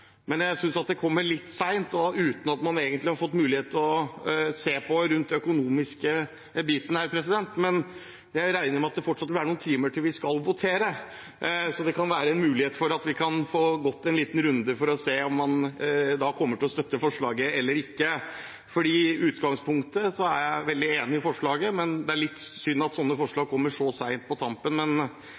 men jeg synes det kommer litt sent, og uten at man egentlig har fått mulighet til å se på den økonomiske biten rundt det. Men jeg regner med at det fortsatt vil være noen timer til vi skal votere, så det kan være en mulighet for at vi kan få gått en liten runde for å se om man kommer til å støtte forslaget eller ikke. For i utgangspunktet er jeg veldig enig i forslaget, men det er litt synd at sånne forslag kommer så sent, på tampen.